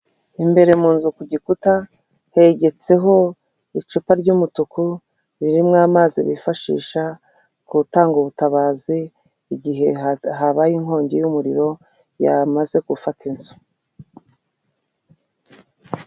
Imbere mu nzu ku gikuta hegetseho icupa ry'umutuku ririmo amazi bifashisha gutanga ubutabazi, igihe habaye inkongi y'umuriro, yamaze gufata inzu.